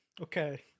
Okay